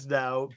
now